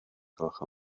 gwelwch